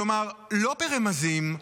כלומר, לא ברמזים,